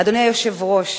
אדוני היושב-ראש,